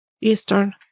Eastern